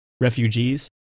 refugees